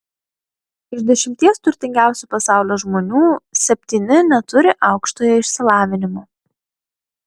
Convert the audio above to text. iš dešimties turtingiausių pasaulio žmonių septyni neturi aukštojo išsilavinimo